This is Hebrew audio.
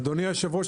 אדוני היו"ר,